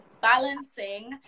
balancing